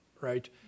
right